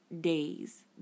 days